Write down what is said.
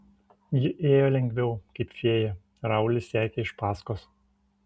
ji ėjo lengviau kaip fėja raulis sekė iš paskos